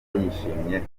yishimye